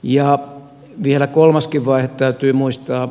ja vielä kolmaskin vaihe täytyy muistaa